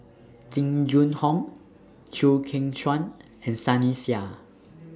Jing Jun Hong Chew Kheng Chuan and Sunny Sia